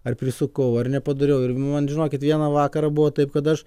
ar prisukau ar nepadariau ir man žinokit vieną vakarą buvo taip kad aš